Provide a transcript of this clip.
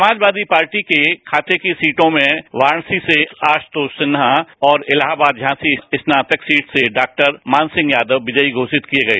Samajwadi party के खाते की सीटों में वाराणसी से आशुतोष सिन्हा और इलाहाबाद झांसी स्नातक सीट से डॉक्टर मान सिंह यादव विजयी घोषित किए गए